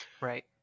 Right